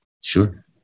Sure